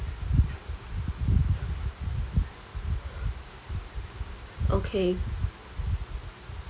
okay